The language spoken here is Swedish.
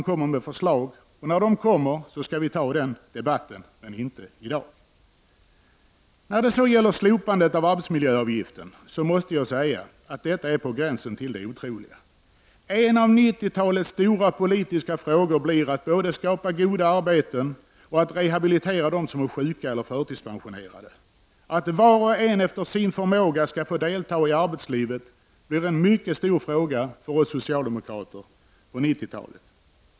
När dess förslag kommer skall vi ta den debatten, men inte i dag. När det gäller slopandet av arbetsmiljöavgiften, så måste jag säga att det är på gränsen till det otroliga. En av 90-talets stora politiska frågor blir att både skapa ”goda arbeten” och att rehabilitera de som är sjuka eller förtidspensionerade. Att var och en efter sin förmåga skall få delta i arbetslivet blir en mycket stor fråga för oss socialdemokrater på 90-talet.